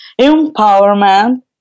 empowerment